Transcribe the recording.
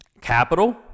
capital